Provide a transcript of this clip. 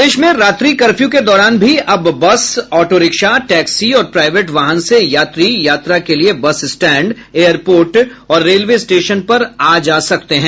प्रदेश में रात्रि कर्फ्यू के दौरान भी अब बस ऑटोरिक्शा टैक्सी और प्राईवेट वाहन से यात्री यात्रा के लिये बस स्टैंड एयरपोर्ट और रेलवे स्टेशन पर आ जा सकते हैं